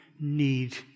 need